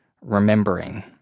remembering